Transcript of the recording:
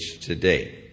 today